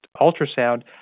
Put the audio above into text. ultrasound